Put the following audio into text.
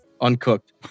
Uncooked